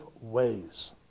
ways